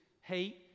Hate